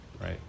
right